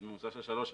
בממוצע של שלוש שנים.